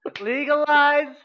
Legalize